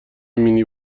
مینی